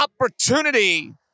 opportunity